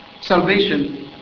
salvation